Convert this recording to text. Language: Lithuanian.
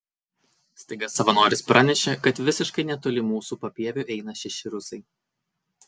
staiga savanoris pranešė kad visiškai netoli mūsų papieviu eina šeši rusai